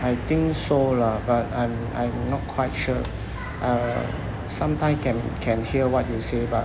I think so lah but I'm I'm not quite sure err sometime can can hear what you say but